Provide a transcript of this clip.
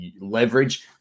leverage